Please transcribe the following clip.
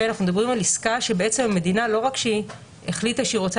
אנחנו מדברים על עסקה שבעצם המדינה לא רק שהיא החליטה שהיא רוצה